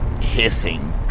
hissing